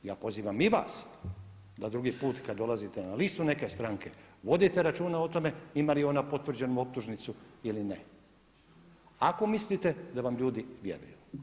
Ja pozivam i vas da drugi put kad dolazite na listu neke stranke vodite računa o tome ima li ona potvrđenu optužnicu ili ne ako mislite da vam ljudi vjeruju.